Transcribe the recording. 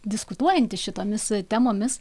diskutuojantys šitomis temomis